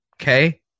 Okay